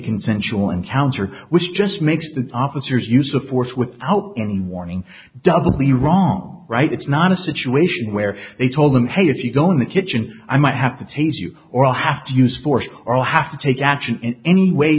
consensual encounter which just makes the officers use of force without any warning doubly wrong right it's not a situation where they told them hey if you go in the kitchen i might have to taser you or i'll have to use force or i'll have to take action in any way